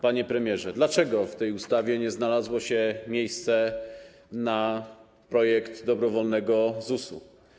Panie premierze, dlaczego w tej ustawie nie znalazło się miejsce na projekt dobrowolnego ZUS-u?